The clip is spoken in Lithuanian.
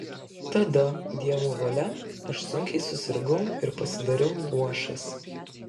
tada dievo valia aš sunkiai susirgau ir pasidariau luošas